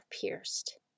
pierced